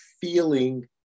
feeling